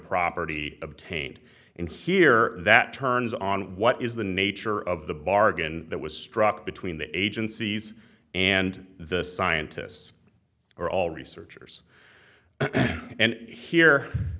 property obtained in here that turns on what is the nature of the bargain that was struck between the agencies and the scientists are all researchers and here